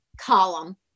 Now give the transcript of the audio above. column